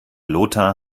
lothar